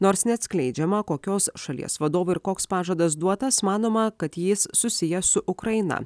nors neatskleidžiama kokios šalies vadovui ir koks pažadas duotas manoma kad jis susijęs su ukraina